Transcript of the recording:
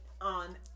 on